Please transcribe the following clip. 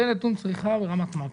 זה נתון צריכה ברמת מקרו.